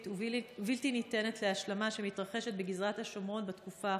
ובלתי ניתנת להשלמה שמתרחשת בגזרת השומרון בתקופה האחרונה.